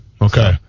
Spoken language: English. Okay